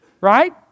right